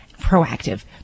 proactive